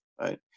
Right